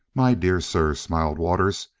my dear sir, smiled waters,